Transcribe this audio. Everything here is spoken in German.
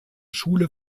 schule